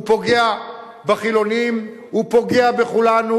הוא פוגע בחילונים, הוא פוגע בכולנו.